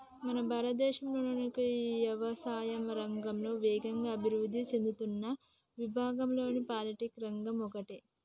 మన భారతదేశం యవసాయా రంగంలో వేగంగా అభివృద్ధి సేందుతున్న విభాగంలో పౌల్ట్రి రంగం ఒకటి